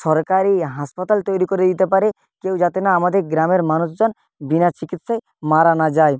সরকারি হাসপাতাল তৈরি করে দিতে পারে কেউ যাতে না আমাদের গ্রামের মানুষজন বিনা চিকিৎসায় মারা না যায়